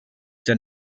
der